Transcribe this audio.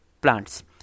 plants